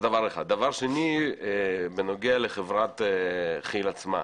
דבר שני, בנוגע לחברת כי"ל עצמה,